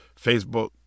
Facebook